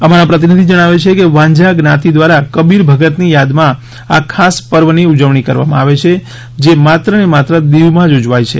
અમારા પ્રતિનિધિ જણાવે છે કે વાંઝા જ્ઞાતિ દ્વારા કબીર ભગત ની યાદ માં આ ખાસ પર્વ ની ઉજવણી કરવામાં આવે છે જે માત્ર ને માત્ર દિવ માં જ ઉજવાય છે